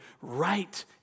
right